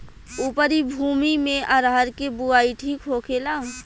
उपरी भूमी में अरहर के बुआई ठीक होखेला?